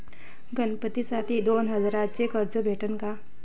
गणपतीसाठी दोन हजाराचे कर्ज भेटन का?